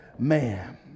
man